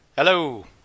Hello